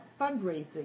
fundraising